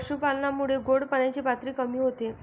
पशुपालनामुळे गोड पाण्याची पातळी कमी होते